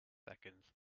seconds